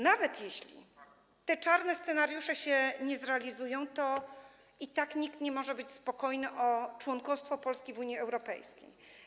Nawet jeśli te czarne scenariusze się nie zrealizują, to i tak nikt nie może być spokojny o członkostwo Polski w Unii Europejskiej.